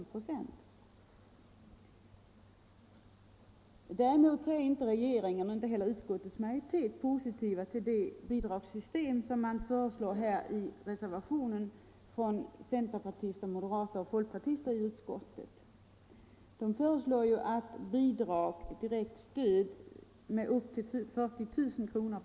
| 2 22 maj 1975 Däremot är inte regeringen och inte heller utskottets majoritet positiva till det bidragssystem som föreslås i reservationen av centerpartisterna, — Lån till trädgårdsmoderaterna och folkpartisterna i utskottet. Reservanterna föreslår att — näringen bidrag med upp till 40 000 kr.